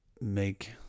make